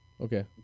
okay